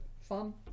fun